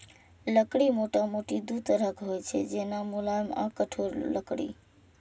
लकड़ी मोटामोटी दू तरहक होइ छै, जेना, मुलायम आ कठोर लकड़ी